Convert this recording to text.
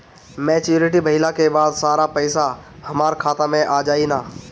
Maturity भईला के बाद सारा पईसा हमार खाता मे आ जाई न?